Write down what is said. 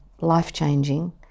life-changing